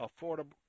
affordable